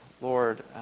Lord